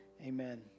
Amen